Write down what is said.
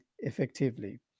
effectively